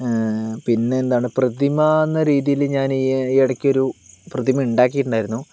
പിന്നെയെന്താണ് പ്രതിമയെന്ന രീതിയിൽ ഞാൻ ഈ എടയ്ക്കൊരു പ്രതിമ ഉണ്ടാക്കിയിട്ടുണ്ടായിരുന്നു